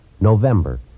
November